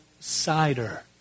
cider